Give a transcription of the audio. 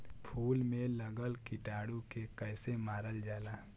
फूल में लगल कीटाणु के कैसे मारल जाला?